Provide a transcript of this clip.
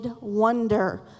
wonder